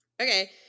Okay